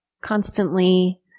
constantly